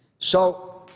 so